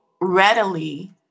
readily